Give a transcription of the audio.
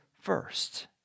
first